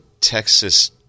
Texas